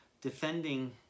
defending